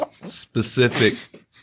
specific